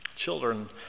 Children